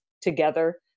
together